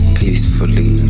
peacefully